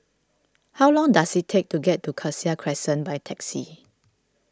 how long does it take to get to Cassia Crescent by taxi